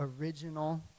original